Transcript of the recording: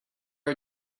are